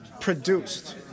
produced